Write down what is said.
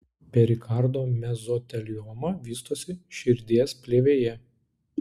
perikardo mezotelioma vystosi širdies plėvėje